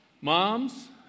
Moms